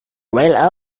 well